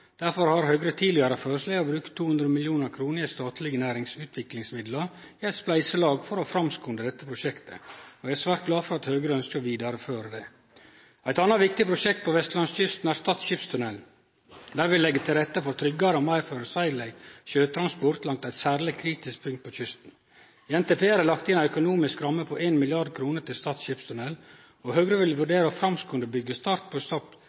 Derfor har Høgre tidlegare føreslått å bruke 200 mill. kr i statlege næringsutviklingsmidlar i eit spleiselag for å framskunde dette prosjektet, og eg er svært glad for at Høgre ønskjer å vidareføre dette. Eit anna viktig prosjekt på vestlandskysten er Stad skipstunnel. Den vil leggje til rette for tryggare og meir føreseieleg sjøtransport langs eit særleg kritisk punkt ved kysten. I NTP er det lagt inn ei økonomisk ramme på 1 mrd. kr til Stad skipstunnel, og Høgre vil vurdere å framskunde byggjestart på